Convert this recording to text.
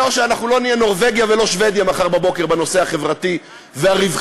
אנחנו לא נהיה נורבגיה ולא שבדיה מחר בבוקר בנושא החברתי והרווחתי,